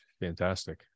Fantastic